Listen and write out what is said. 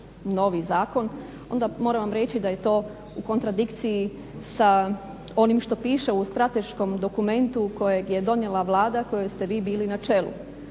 novi zakon, onda moram vam reći da je to u kontradikciji sa onim što piše u strateškom dokumentu kojeg je donijela Vlada kojoj ste vi bili na čelu.